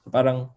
Parang